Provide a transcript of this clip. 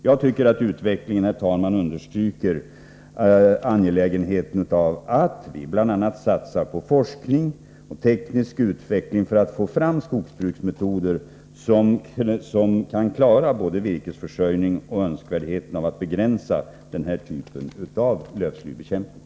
Jag tycker att utvecklingen understryker angelägenheten av att vi bl.a. satsar på forskning och teknisk utveckling för att få fram metoder inom skogsbruket som både kan klara virkesförsörjningen och tillgodose önskemålet att begränsa denna typ av lövslybekämpning.